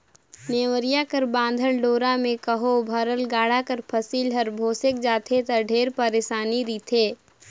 नेवरिया कर बाधल डोरा मे कहो भरल गाड़ा कर फसिल हर भोसेक जाथे ता ढेरे पइरसानी रिथे